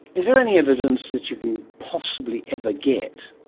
is there any evidence that you can possibly ever get,